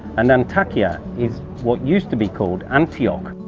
and antakya is what used to be called antioch.